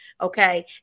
Okay